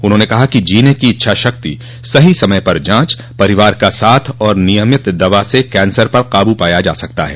उन्होंने कहा कि जीने की इच्छाशक्ति सही समय पर जाँच परिवार का साथ और नियमित दवा से कैंसर पर काबू पाया जा सकता है